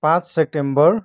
पाँच सेप्टेम्बर